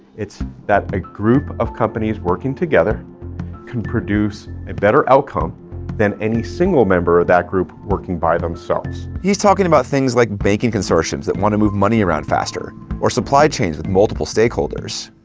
its that a group of companies working together can produce a better outcome than any single member of that group working by themselves. he's talking about things like banking consortiums that wanna move money around faster or supply chains that with multiple stakeholders.